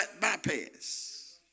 bypass